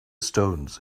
stones